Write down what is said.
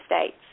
states